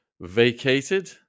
vacated